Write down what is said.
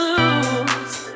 lose